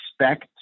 expect